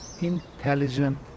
intelligent